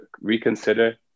reconsider